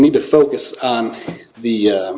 need to focus on the